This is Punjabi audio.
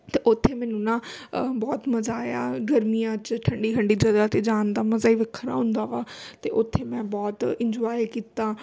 ਅਤੇ ਉੱਥੇ ਮੈਨੂੰ ਨਾ ਬਹੁਤ ਮਜ਼ਾ ਆਇਆ ਗਰਮੀਆਂ 'ਚ ਠੰਡੀ ਠੰਡੀ ਜਗ੍ਹਾ 'ਤੇ ਜਾਣ ਦਾ ਮਜ਼ਾ ਹੀ ਵੱਖਰਾ ਹੁੰਦਾ ਵਾ ਅਤੇ ਉੱਥੇ ਮੈਂ ਬਹੁਤ ਇੰਜੋਏ ਕੀਤਾ